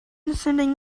descending